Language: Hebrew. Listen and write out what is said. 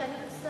כי אני רוצה,